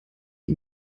die